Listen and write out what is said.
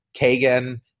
Kagan